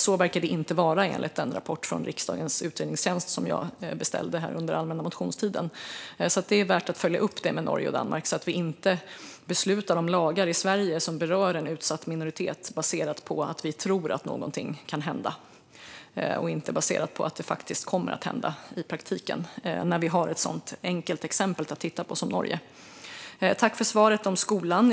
Så verkar det nämligen inte vara, enligt den rapport från riksdagens utredningstjänst som jag beställt under allmänna motionstiden. Det är värt att följa upp detta med Norge och Danmark så att vi inte beslutar om lagar i Sverige som berör en utsatt minoritet baserat på att vi tror att något kan hända och inte baserat på om det faktiskt kommer att hända i praktiken när vi så enkelt kan titta på exemplet Norge. Jag tackar för svaret om skolan.